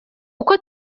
uko